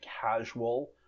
casual